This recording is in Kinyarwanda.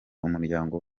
umuryango